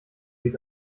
geht